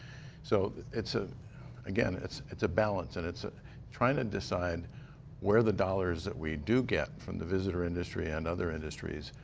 so it's, ah again, it's it's a balance and ah trying to decide where the dollars that we do get from the visitor industry and other industries.